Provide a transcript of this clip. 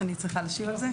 אני צריכה להשיב על זה?